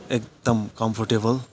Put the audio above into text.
एकदम कम्फर्टेबल